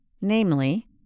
Namely